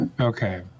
Okay